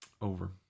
Over